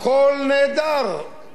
הכול נהדר.